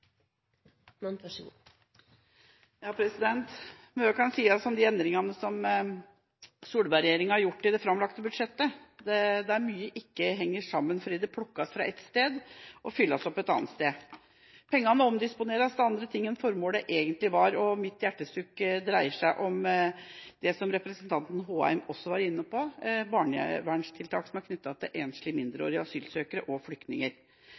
Mye kan sies om endringene som Solberg-regjeringa har gjort i det framlagte budsjettet, der mye ikke henger sammen, fordi det plukkes fra ett sted og fylles opp et annet sted. Pengene omdisponeres til andre ting enn det egentlige formålet. Mitt hjertesukk dreier seg om det som også representanten Håheim var inne på, barnevernstiltak knyttet til enslige mindreårige asylsøkere og flyktninger.